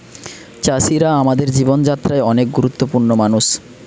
চাষিরা আমাদের জীবন যাত্রায় অনেক গুরুত্বপূর্ণ মানুষ